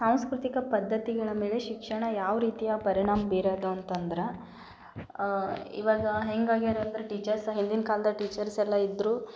ಸಾಂಸ್ಕೃತಿಕ ಪದ್ಧತಿಗಳ ಮೇಲೆ ಶಿಕ್ಷಣ ಯಾವ ರೀತಿಯ ಪರಿಣಾಮ ಬೀರೋದು ಅಂತಂದ್ರೆ ಈವಾಗ ಹೆಂಗಾಗ್ಯಾರಂದ್ರ ಟೀಚರ್ಸ ಹಿಂದಿನ ಕಾಲ್ದಾಗ ಟೀಚರ್ಸ್ ಎಲ್ಲ ಇದ್ದರು